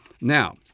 Now